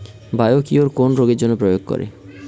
Biocure কোন রোগেরজন্য প্রয়োগ করে?